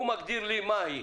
הוא מגדיר לי מה היא.